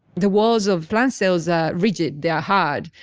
the walls of plant cells are rigid, they are hard,